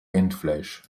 rindfleisch